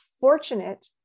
fortunate